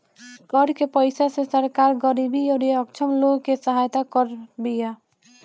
कर के पईसा से सरकार गरीबी अउरी अक्षम लोग के सहायता करत बिया